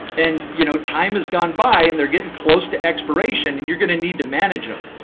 and you know time has gone by, and they're getting close to expiration, and you're going to need to manage them.